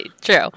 True